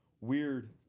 weird